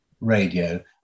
radio